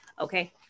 okay